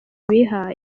bihaye